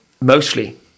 Mostly